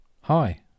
Hi